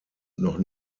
noch